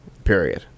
period